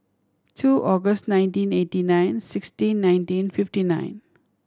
two August nineteen eighty nine sixteen nineteen fifty nine